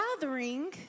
gathering